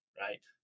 right